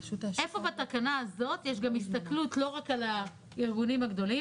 איפה בתקנה הזאת יש גם הסתכלות לא רק על הארגונים הגדולים,